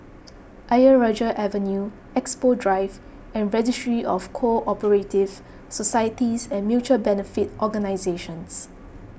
Ayer Rajah Avenue Expo Drive and Registry of Co Operative Societies and Mutual Benefit Organisations